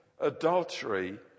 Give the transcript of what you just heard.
Adultery